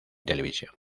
televisión